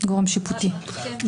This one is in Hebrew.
גורם שיפוטי.